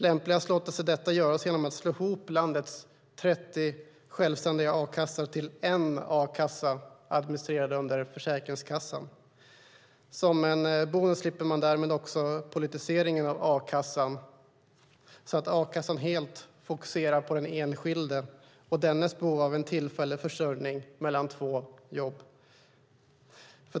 Lämpligast låter sig detta göra genom att slå ihop landets 30 självständiga a-kassor till en a-kassa som administreras under Försäkringskassan. Som en bonus slipper man därmed också politiseringen av a-kassan, så att a-kassan helt fokuserar på den enskilde och dennes behov av en tillfällig försörjning mellan två jobb.